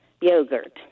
yogurt